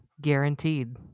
guaranteed